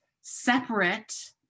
separate